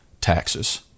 taxes